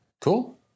Cool